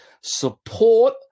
support